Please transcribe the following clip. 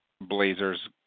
Blazers